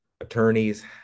attorneys